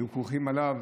שהיו כרוכים עליו,